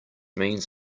means